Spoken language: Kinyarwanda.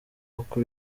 kuko